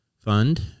fund